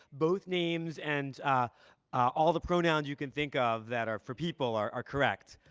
both names and all the pronouns you can think of that are for people are correct.